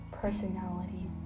personality